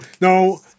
no